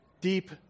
deep